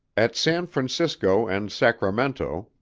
at san francisco and sacramento,